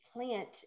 plant